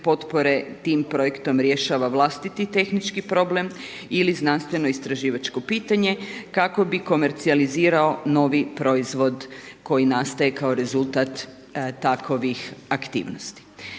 tim projektom rješava vlastiti tehnički problem ili znanstveno istraživačko pitanje, kako bi komercijalizirao novi proizvod koji nastaje kao rezultat takovih aktivnosti.